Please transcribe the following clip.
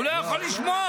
הוא לא יכול לשמוע.